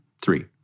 three